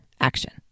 action